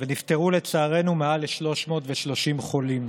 ונפטרו, לצערנו, מעל ל-330 חולים.